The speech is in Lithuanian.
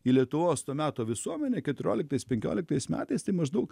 į lietuvos to meto visuomenę keturioliktais penkioliktais metais tai maždaug